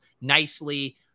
nicely